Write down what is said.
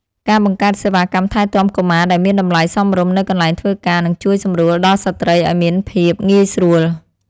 ការបង្កើតសេវាកម្មថែទាំកុមារដែលមានតម្លៃសមរម្យនៅកន្លែងធ្វើការនឹងជួយសម្រួលដល់ស្ត្រីឱ្យមានភាពងាយស្រួល។